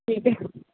ਠੀਕ ਹੈ